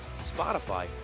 Spotify